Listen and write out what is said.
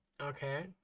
Okay